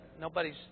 nobody's